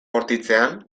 bortitzean